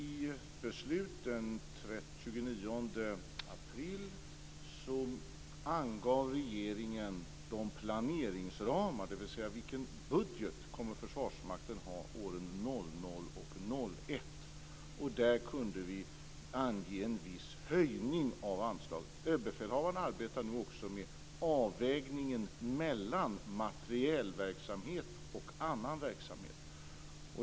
I beslut den 29 april angav regeringen planeringsramarna, dvs. vilken budget Försvarsmakten kommer att ha åren 2000 och 2001. Där kunde vi ange en viss höjning av anslaget. Överbefälhavaren arbetar nu också med avvägningen mellan materielverksamhet och annan verksamhet.